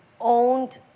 owned